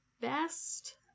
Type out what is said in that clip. best